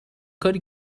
کاری